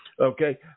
okay